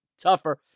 tougher